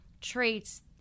traits